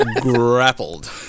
grappled